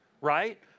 right